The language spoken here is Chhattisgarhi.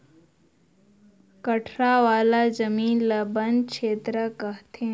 कठरा वाला जमीन ल बन छेत्र कहथें